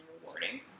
rewarding